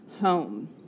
home